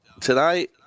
Tonight